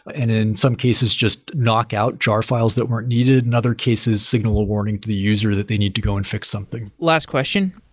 and in some cases, just knock out jar files that weren't needed, in other cases, signal a warning to the user that they need to go and fix something last question.